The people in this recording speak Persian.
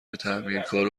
تعمیرکار